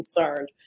concerned